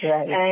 Right